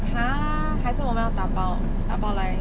!huh! 还是我们要打包打包来